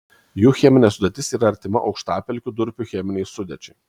jų cheminė sudėtis yra artima aukštapelkių durpių cheminei sudėčiai